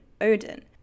Odin